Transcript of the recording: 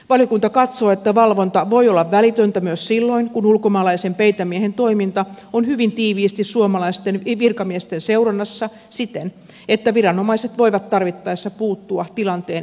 valiokunta katsoo että valvonta voi olla välitöntä myös silloin kun ulkomaalaisen peitemiehen toiminta on hyvin tiiviisti suomalaisten virkamiesten seurannassa siten että viranomaiset voivat tarvittaessa puuttua tilanteen etenemiseen